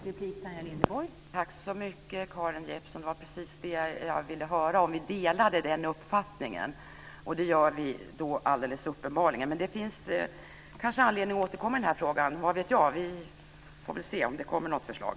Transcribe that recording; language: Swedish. Fru talman! Tack så mycket, Karin Jeppsson. Det var precis det jag ville veta, nämligen om vi delade den uppfattningen. Det gör vi alldeles uppenbarligen. Men det finns kanske anledning att återkomma till den här frågan. Vad vet jag? Vi får väl se om det kommer något förslag.